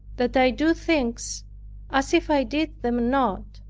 that i do things as if i did them not.